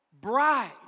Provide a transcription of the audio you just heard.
bride